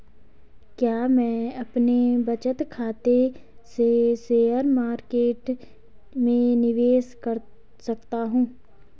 क्या मैं अपने बचत खाते से शेयर मार्केट में निवेश कर सकता हूँ?